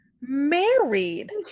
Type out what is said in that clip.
married